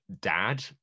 dad